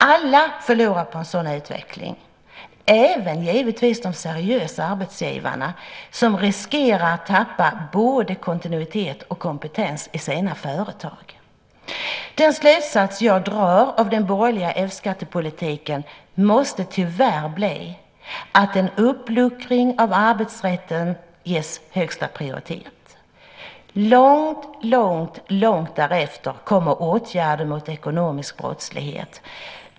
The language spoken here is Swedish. Alla förlorar på en sådan utveckling, givetvis även de seriösa arbetsgivarna, som riskerar att tappa både kontinuitet och kompetens i sina företag. Den slutsats jag drar av den borgerliga F-skattepolitiken måste tyvärr bli att en uppluckring av arbetsrätten ges högsta prioritet. Långt därefter kommer åtgärder mot ekonomisk brottslighet.